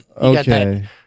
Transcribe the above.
okay